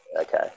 okay